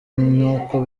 n’uko